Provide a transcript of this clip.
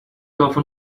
often